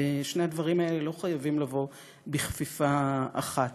ושני הדברים האלה לא חייבים לבוא בכפיפה אחת.